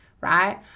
right